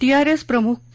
TRS प्रमुख के